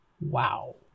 Wow